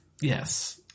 Yes